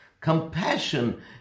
Compassion